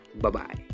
bye-bye